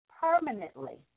Permanently